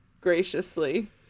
graciously